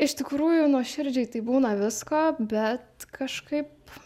iš tikrųjų nuoširdžiai tai būna visko bet kažkaip